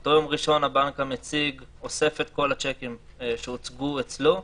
באותו יום ראשון הבנק המציג אוסף את כל השיקים שהוצגו אצלו,